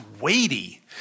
weighty